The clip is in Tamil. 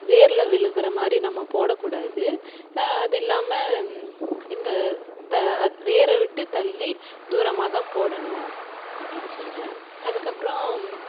வேரில் விழுகிற மாதிரி நம்ம போடக்கூடாது அது இல்லாமல் இந்த த வேரை விட்டு தள்ளி தூரமாகதான் போடணும் அப்படினு சொன்னேன் அதுக்கு அப்புறம்